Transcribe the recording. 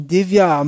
Divya